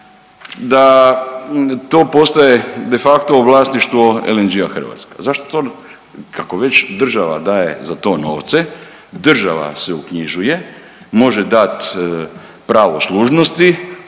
da to postaje de facto vlasništvo LNG-a Hrvatska. Zašto to, kako već država daje za to novce, država se uknjižuje može dat pravo služnosti,